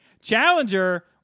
Challenger